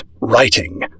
writing